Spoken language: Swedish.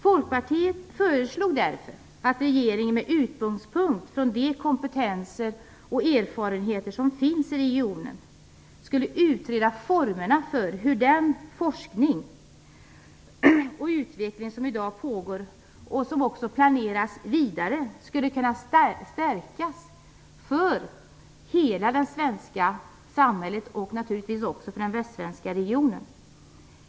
Folkpartiet föreslog därför att regeringen med utgångspunkt från de kompetenser och erfarenheter som finns i regionen skulle utreda formerna för hur den forskning och utveckling som i dag pågår och som också planeras vidare skulle kunna stärkas för hela det svenska samhället och naturligtvis också för den västsvenska regionen.